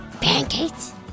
pancakes